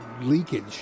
leakage